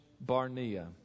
Barnea